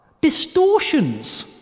Distortions